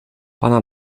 pana